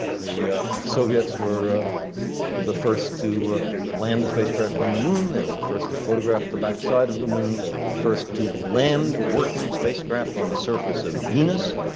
the soviets were the first to land a spacecraft on the moon. they were the first to photograph the back side of the moon. they were the first to land working spacecraft on the surface of venus.